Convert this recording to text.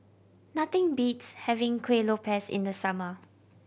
nothing beats having Kuih Lopes in the summer